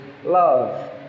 Love